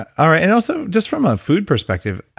that. all right and also, just from a food perspective,